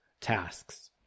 tasks